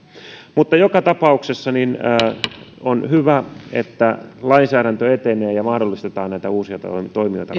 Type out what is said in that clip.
mutta joka tapauksessa on hyvä että lainsäädäntö etenee ja mahdollistetaan näitä uusia toimijoita